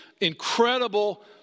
incredible